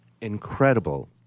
incredible